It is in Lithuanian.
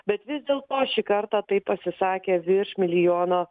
bet vis dėlto šį kartą taip pasisakė virš milijono